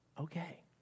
Okay